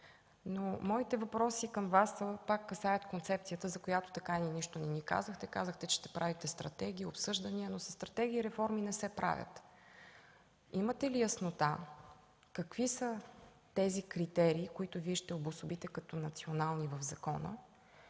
Въпросите ми към Вас касаят концепцията, за която така и нищо не ни казахте. Казахте, че ще правите стратегия, обсъждания. Със стратегия обаче реформи не се правят. Имате ли яснота какви са критериите, които Вие ще обособите като национални в закона?